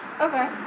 Okay